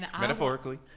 Metaphorically